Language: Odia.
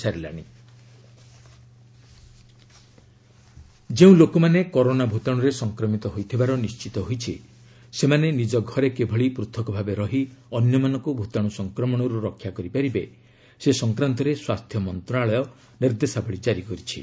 ହେଲ୍ଥ ମିନିଷ୍ଟ୍ରୀ ଗାଇଡ୍ଲାଇନ୍ସ ଯେଉଁ ଲୋକମାନେ କରୋନା ଭୂତାଣୁରେ ସଂକ୍ରମିତ ହୋଇଥିବାର ନିର୍ଣ୍ଣିତ ହୋଇଛି ସେମାନେ ନିଜ ଘରେ କିଭଳି ପୂଥକ ଭାବେ ରହି ଅନ୍ୟମାନଙ୍କୁ ଭୂତାଣୁ ସଂକ୍ରମଣରୁ ରକ୍ଷା କରିପାରିବେ ସେ ସଂକ୍ରାନ୍ତରେ ସ୍ୱାସ୍ଥ୍ୟ ମନ୍ତ୍ରଣାଳୟ ନିର୍ଦ୍ଦେଶାବଳୀ ଜାରି କରିଛି